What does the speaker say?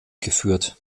geführt